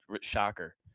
shocker